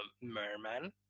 merman